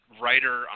writer